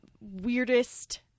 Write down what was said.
weirdest